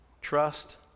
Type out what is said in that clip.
Trust